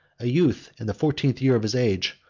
a youth in the fourteenth year of his age.